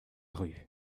ruz